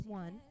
one